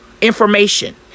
information